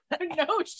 No